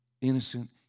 innocent